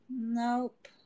Nope